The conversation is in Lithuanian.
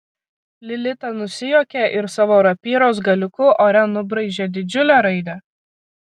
lilita nusijuokė ir savo rapyros galiuku ore nubraižė didžiulę raidę